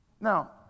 Now